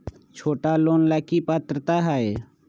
छोटा लोन ला की पात्रता है?